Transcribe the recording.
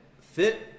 fit